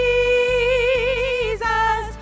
Jesus